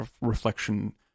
reflection